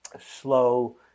slow